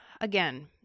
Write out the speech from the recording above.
Again